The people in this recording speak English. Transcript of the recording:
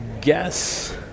guess